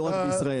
לא רק בישראל.